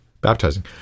baptizing